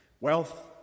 Wealth